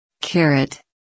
Carrot